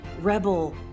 rebel